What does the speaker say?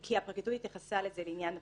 הפרקליטות התייחסה לזה לעניין הפרקליטות.